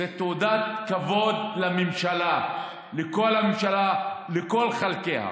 זו תעודת כבוד לממשלה, לכל הממשלה, לכל חלקיה.